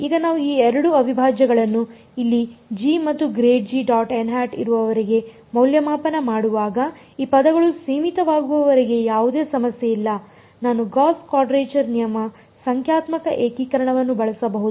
ಈಗ ನಾವು ಈ ಎರಡು ಅವಿಭಾಜ್ಯಗಳನ್ನು ಇಲ್ಲಿ ಜಿ ಮತ್ತು ಇರುವವರೆಗೆ ಮೌಲ್ಯಮಾಪನ ಮಾಡುವಾಗ ಈ ಪದಗಳು ಸೀಮಿತವಾಗಿರುವವರೆಗೆ ಯಾವುದೇ ಸಮಸ್ಯೆ ಇಲ್ಲ ನಾನು ಗೌಸ್ ಕ್ವಾಡ್ರೇಚರ್ ನಿಯಮ ಸಂಖ್ಯಾತ್ಮಕ ಏಕೀಕರಣವನ್ನು ಬಳಸಬಹುದು